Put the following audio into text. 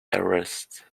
arrest